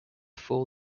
full